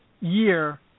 year